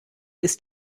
ist